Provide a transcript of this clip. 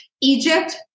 Egypt